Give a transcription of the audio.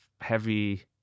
heavy